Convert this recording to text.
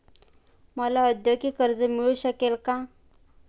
मला औद्योगिक कर्ज मिळू शकेल का?